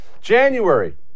january